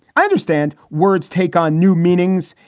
i understand words take on new meanings.